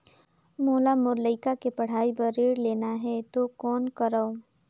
मोला मोर लइका के पढ़ाई बर ऋण लेना है तो कौन करव?